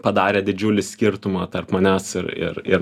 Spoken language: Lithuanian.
padarė didžiulį skirtumą tarp manęs ir ir ir